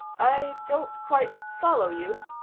i don't quite follow you,